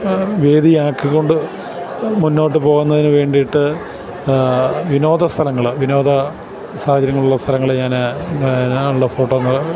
വേദിയാക്കിക്കൊണ്ടു മുന്നോട്ടു പോകുന്നതിനുവേണ്ടിയിട്ട് വിനോദ സ്ഥലങ്ങള് വിനോദ സാഹചര്യങ്ങളുള്ള സ്ഥലങ്ങള് ഞാനുള്ള ഫോട്ടോകള്